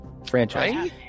franchise